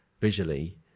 visually